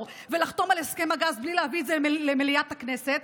ולחתום על הסכם הגז בלי להביא את זה למליאת הכנסת,